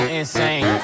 insane